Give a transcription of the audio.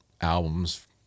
albums